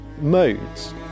modes